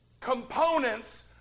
components